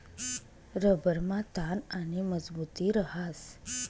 रबरमा ताण आणि मजबुती रहास